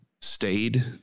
stayed